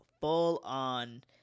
full-on